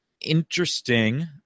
interesting